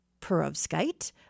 perovskite